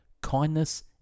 kindness